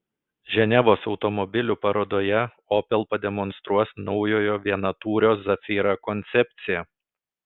ženevos automobilių parodoje opel pademonstruos naujojo vienatūrio zafira koncepciją